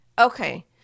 Okay